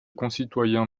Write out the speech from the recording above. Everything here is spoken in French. concitoyens